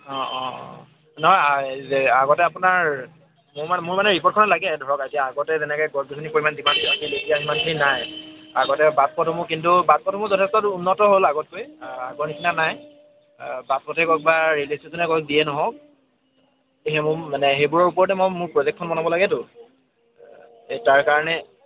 অঁ অঁ অঁ নহয় আগতে আপোনাৰ মোৰ মান মোৰ মানে ৰিপৰ্টখনত লাগে ধৰক এতিয়া আগতে যেনেকৈ গছ গছনি পৰিমাণ যিমান আছিল এতিয়া সিমানখিনি নাই আগতে বাট পথসমূহ কিন্তু বাট পথসমূহ যথেষ্ট উন্নত হ'ল আগতকৈ আগৰ নিচিনা নাই বাট পথে কওক বা ৰে'লৱে' ষ্টেচনে কওক যিয়ে নহওক সেইসমূহ মানে সেইবোৰৰ ওপৰতে মই মোৰ প্ৰজেক্টখন বনাব লাগেতো এই তাৰ কাৰণে